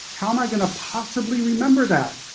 how am i going to possibly remember that?